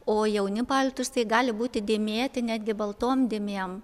o jauni paltusai gali būti dėmėti netgi baltom dėmėm